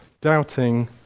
doubting